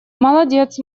молодец